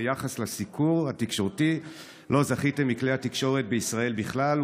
ביחס לסיקור התקשורתי לו זכיתם מכלי התקשורת בישראל בכלל,